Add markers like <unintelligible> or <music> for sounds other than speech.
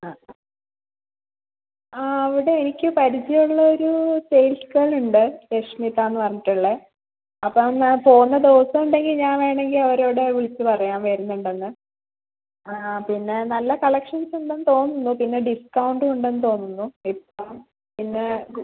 ആ ആ അവിടെ എനിക്ക് പരിചയം ഉള്ള ഒരു സെയിൽസ് ഗേൾ ഉണ്ട് രശ്മിത എന്ന് പറഞ്ഞിട്ട് ഉള്ളത് അപ്പം ഞാൻ പോവുന്ന ദിവസം ഉണ്ടെങ്കിൽ ഞാൻ വേണമെങ്കിൽ അവരോട് വിളിച്ച് പറയാം വരുന്നുണ്ടെന്ന് ആ പിന്നെ നല്ല കളക്ഷൻസ് ഉണ്ടെന്ന് തോന്നുന്നു പിന്നെ ഡിസ്കൗണ്ടും ഉണ്ടെന്ന് തോന്നുന്നു ഇപ്പോൾ പിന്നെ <unintelligible>